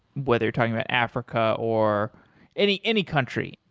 whether you're talking about africa or any any country,